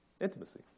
Intimacy